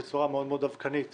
אבל